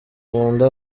nkunda